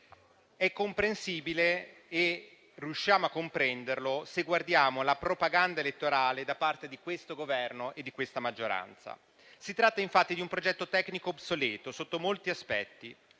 è comprensibile e riusciamo a comprenderlo se guardiamo la propaganda elettorale da parte di questo Governo e di questa maggioranza. Si tratta infatti di un progetto tecnico obsoleto sotto molti aspetti,